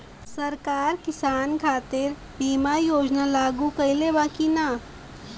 सरकार किसान खातिर बीमा योजना लागू कईले बा की ना?